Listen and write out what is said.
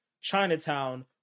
Chinatown